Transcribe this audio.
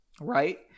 right